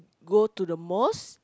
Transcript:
go to the mosque